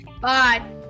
Bye